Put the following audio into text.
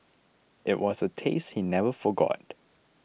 it was a taste he never forgot